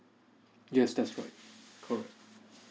yes that's right correct